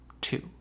Two